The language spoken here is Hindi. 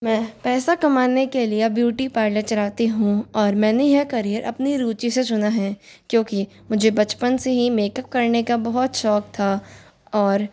मैं पैसा कमाने के लिए ब्यूटी पार्लर चलाती हूँ और मैंने यह कैरियर अपनी रुचि से चुना है क्योंकि मुझे बचपन से ही मेकअप करने का बहुत शौक़ था और